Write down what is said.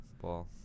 ball